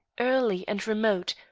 early and remote,